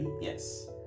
Yes